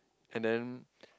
and then